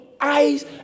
eyes